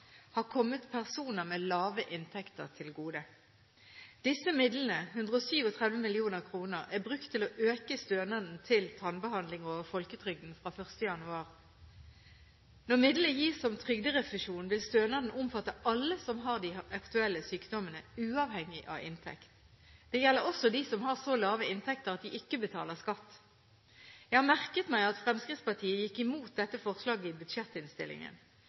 har kommet personer med lave inntekter til gode. Disse midlene, 137 mill. kr, er brukt til å øke stønaden til tannbehandling over folketrygden fra 1. januar. Når midlene gis som trygderefusjon, vil stønaden omfatte alle som har de aktuelle sykdommene, uavhengig av inntekt. Det gjelder også dem som har så lave inntekter at de ikke betaler skatt. Jeg har merket meg at Fremskrittspartiet gikk imot dette forslaget i budsjettinnstillingen.